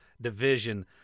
division